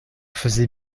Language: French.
faisait